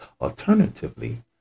Alternatively